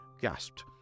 gasped